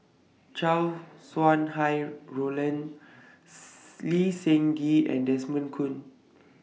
Chow Sau Hai Roland Lee Seng Gee and Desmond Kon